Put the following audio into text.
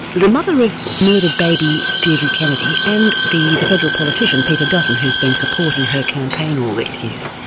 the mother of murdered baby deidre kennedy, and the the federal politician peter dutton, who's been supporting her campaign all these years,